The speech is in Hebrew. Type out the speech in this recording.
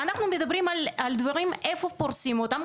ואנחנו מדברים על דברים איפה פורסים אותם,